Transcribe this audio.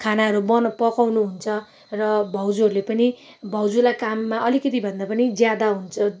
खानाहरू बनाउ पकाउनु हुन्छ र भाउजूहरूले पनि भाउजूलाई काममा अलिकिति भन्दा पनि ज्यादा हुन्छ